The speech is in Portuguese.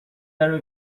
eram